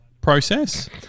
process